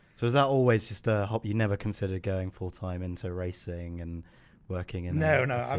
so is that always just a hobby, you never considered going full time into racing and working and no, no,